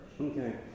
Okay